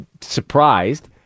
surprised